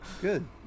Good